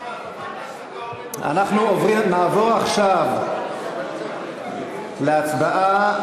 אנחנו נעבור עכשיו להצבעה.